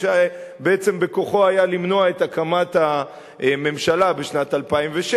כשבעצם בכוחו היה למנוע את הקמת הממשלה בשנת 2006,